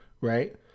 right